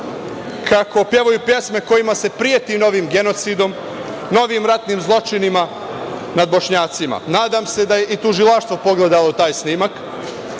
kako pevaju pesme kojima se preti novim genocidom, novim ratnim zločinima nad Bošnjacima, nadam se da je i tužilaštvo pogledalo taj snimak